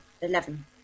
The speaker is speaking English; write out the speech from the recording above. Eleven